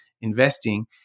investing